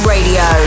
Radio